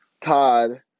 Todd